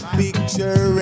picture